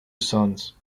sons